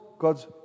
God's